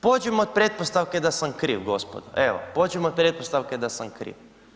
Pođimo od pretpostavke da sam kriv gospodo, evo, pođimo od pretpostavke da sam kriv.